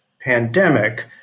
pandemic